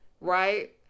Right